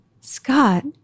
Scott